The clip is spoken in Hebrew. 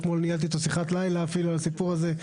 אתמול ניהלתי אית שיחת לילה אפילו על הסיפור הזה.